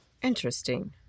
interesting